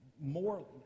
more